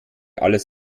alles